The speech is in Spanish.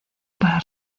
para